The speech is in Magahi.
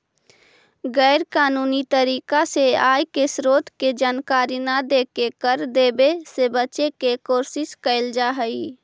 गैर कानूनी तरीका से आय के स्रोत के जानकारी न देके कर देवे से बचे के कोशिश कैल जा हई